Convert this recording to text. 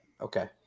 okay